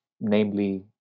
namely